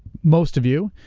most of you.